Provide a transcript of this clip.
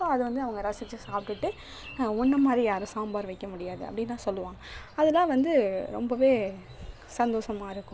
so அது வந்து அவங்க ரசிச்சு சாப்பிடுட்டு உன்னமாரி யாரும் சாம்பார் வைக்க முடியாது அப்படிலாம் சொல்லுவாங்க அதெலாம் வந்து ரொம்பவே சந்தோஷமா இருக்கும்